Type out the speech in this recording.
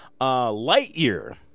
Lightyear